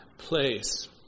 place